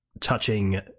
touching